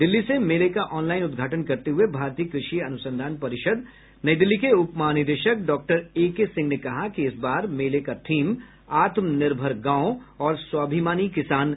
दिल्ली से मेले का आँनलाइन उद्घाटन करते हुए भारतीय कृषि अनुसंधान परिषद नई दिल्ली के उप महानिदेशक डाएके सिंह ने कहा कि इस बार मेले का थीम आत्म निर्भर गांव और स्वाभिमानी किसान है